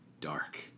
dark